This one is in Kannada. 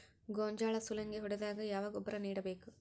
ಗೋಂಜಾಳ ಸುಲಂಗೇ ಹೊಡೆದಾಗ ಯಾವ ಗೊಬ್ಬರ ನೇಡಬೇಕು?